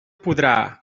podrà